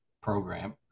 program